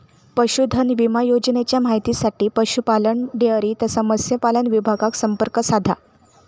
पशुधन विमा योजनेच्या माहितीसाठी पशुपालन, डेअरी तसाच मत्स्यपालन विभागाक संपर्क साधा